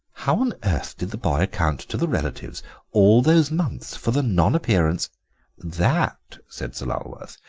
how on earth did the boy account to the relatives all those months for the non-appearance that, said sir lulworth,